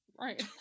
right